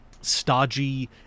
stodgy